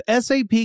SAP